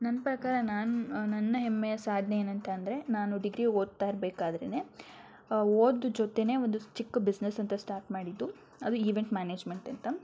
ನನ್ನ ಪ್ರಕಾರ ನಾನು ನನ್ನ ಹೆಮ್ಮೆಯ ಸಾಧನೆ ಏನು ಅಂತ ಅಂದರೆ ನಾನು ಡಿಗ್ರಿ ಓದ್ತಾ ಇರ್ಬೇಕಾದ್ರೆ ಓದು ಜೊತೆಲೆ ಒಂದು ಚಿಕ್ಕ ಬಿಝ್ನೆಸ್ ಅಂತ ಸ್ಟಾರ್ಟ್ ಮಾಡಿದ್ದು ಅದು ಈವೆಂಟ್ ಮ್ಯಾನೇಜ್ಮೆಂಟ್ ಅಂತ